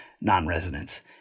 non-residents